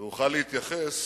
ואוכל להתייחס